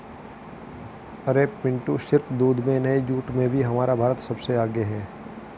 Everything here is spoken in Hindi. अरे पिंटू सिर्फ दूध में नहीं जूट में भी हमारा भारत सबसे आगे हैं